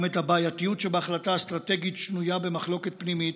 גם את הבעייתיות שבהחלטה אסטרטגית שנויה במחלוקת פנימית,